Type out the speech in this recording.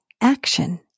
Action